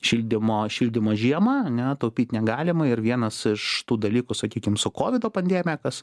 šildymo šildymo žiemą ane taupyt negalima ir vienas iš tų dalykų sakykim su kovido pandemija kas